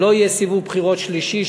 שלא יהיה סיבוב בחירות שלישי.